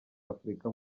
africa